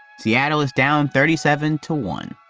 seattle is down thirty seven to one.